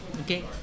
Okay